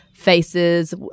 Faces